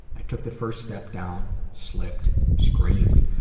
i took the first step down, slipped, screamed,